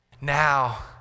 Now